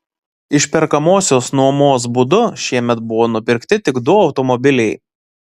išperkamosios nuomos būdu šiemet buvo nupirkti tik du automobiliai